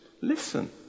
listen